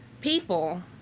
people